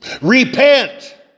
Repent